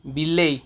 ବିଲେଇ